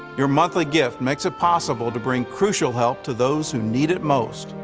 your monthly gift makes it possible to bring crucial help to those who need it most.